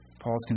Paul's